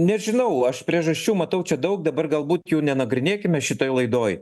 nežinau aš priežasčių matau čia daug dabar galbūt jų nenagrinėkime šitoj laidoj